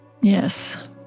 yes